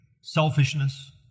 selfishness